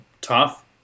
tough